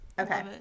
Okay